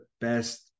best